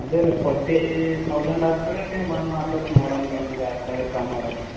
ಅದೇ ರೀ forty thousand ಆತದೆ ನೀವು ಬಂದು ಮಾತಾಡಿ ನೋಡಾಣ್ ರೀ ಒಂದು ಎರಡು ಸಾವಿರ ಕಮ್ಮಿ ಮಾಡಣ